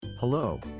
Hello